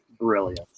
brilliant